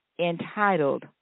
entitled